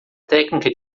técnica